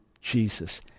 Jesus